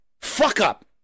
fuck-up